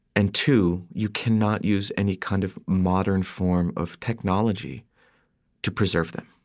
and two, you cannot use any kind of modern form of technology to preserve them.